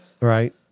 Right